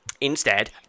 instead-